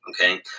Okay